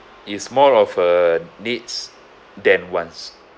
is more of a needs than wantes